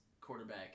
quarterback